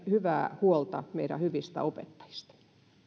hyvää huolta meidän hyvistä opettajistamme